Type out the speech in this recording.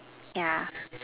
yeah